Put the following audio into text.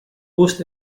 gust